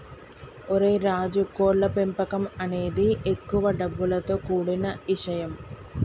ఓరై రాజు కోళ్ల పెంపకం అనేది ఎక్కువ డబ్బులతో కూడిన ఇషయం